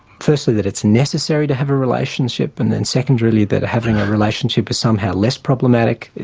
firstly that it's necessary to have a relationship and then secondly that having a relationship is somehow less problematic,